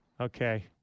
Okay